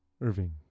Irving